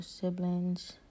siblings